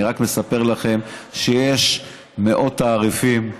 אני רק מספר לכם שיש מאות תעריפים,